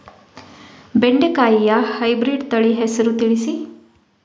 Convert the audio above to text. ಬೆಂಡೆಕಾಯಿಯ ಹೈಬ್ರಿಡ್ ತಳಿ ಹೆಸರು ತಿಳಿಸಿ?